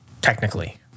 technically